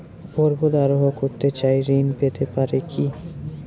পর্বত আরোহণ করতে চাই ঋণ পেতে পারে কি?